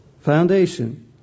foundation